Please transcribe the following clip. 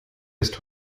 ist